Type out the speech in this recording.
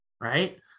right